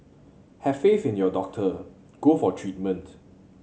have faith in your doctor go for treatment